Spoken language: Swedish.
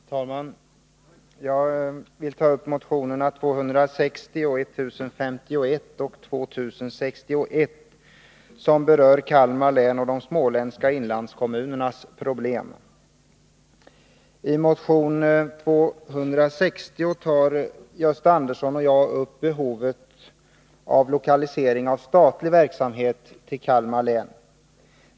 Herr talman! Jag vill ta upp motionerna 260, 1051 och 2061, som berör Kalmar län och de småländska inlandskommunernas problem. I motion 260 tar Gösta Andersson och jag upp behovet av lokalisering av statlig verksamhet till Kalmar län.